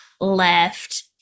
left